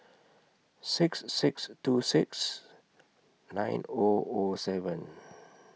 six six two six nine Zero Zero seven